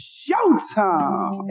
showtime